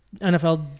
NFL